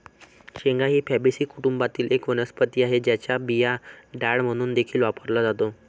शेंगा ही फॅबीसी कुटुंबातील एक वनस्पती आहे, ज्याचा बिया डाळ म्हणून देखील वापरला जातो